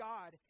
God